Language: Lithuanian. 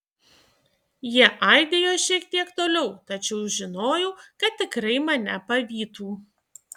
jie aidėjo šiek tiek toliau tačiau žinojau kad tikrai mane pavytų